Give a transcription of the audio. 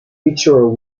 featured